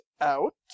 out